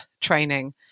training